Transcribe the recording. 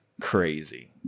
Crazy